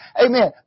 Amen